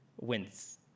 wins